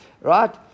Right